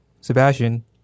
Sebastian